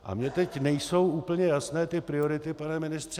A mně teď nejsou úplně jasné ty priority, pane ministře.